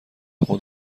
خود